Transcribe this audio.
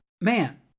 man